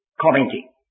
commenting